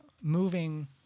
moving